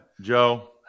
Joe